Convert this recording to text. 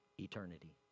eternity